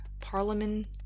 parliament